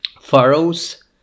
furrows